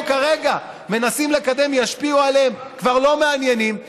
כרגע מנסים לקדם ישפיעו עליהם כבר לא מעניינים.